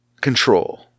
control